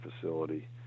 facility